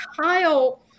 kyle